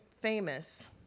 famous